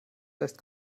lässt